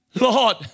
Lord